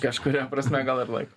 kažkuria prasme gal ir laiko